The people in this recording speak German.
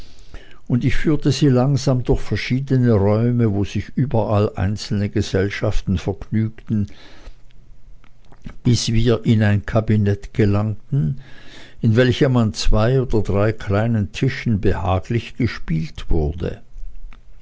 und ich führte sie langsam durch verschiedene räume wo sich überall einzelne gesellschaften vergnügten bis wir in ein kabinett gelangten in welchem an zwei oder drei kleinen tischen behaglich gespielt wurde